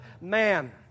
man